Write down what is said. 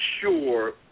sure